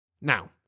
Now